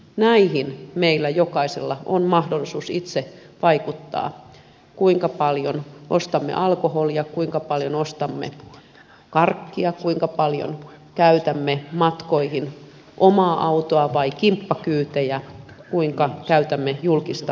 näihin meillä jokaisella on mahdollisuus itse vaikuttaa kuinka paljon ostamme alkoholia kuinka paljon ostamme karkkia kuinka paljon käytämme matkoihin omaa autoa vai kimppakyytejä kuinka käytämme julkista liikennettä